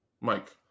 Mike